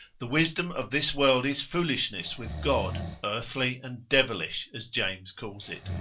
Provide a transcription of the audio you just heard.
the wisdom of this world is foolishness with god, earthly and devilish, as james calls it,